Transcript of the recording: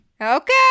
Okay